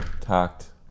talked